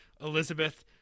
Elizabeth